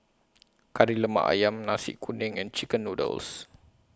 Kari Lemak Ayam Nasi Kuning and Chicken Noodles